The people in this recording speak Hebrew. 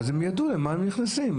אבל הם ידעו למה הם נכנסים.